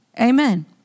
Amen